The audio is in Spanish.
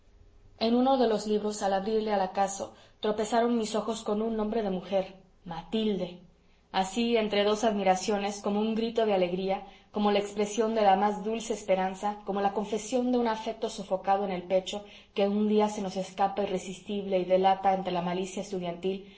en uno de los libros al abrirle al acaso tropezaron mis ojos con un nombre de mujer matilde así entre dos admiraciones como un grito de alegría como la expresión de la más dulce esperanza como la confesión de un afecto sofocado en el pecho que un día se nos escapa irresistible y delata ante la malicia estudiantil